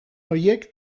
horiek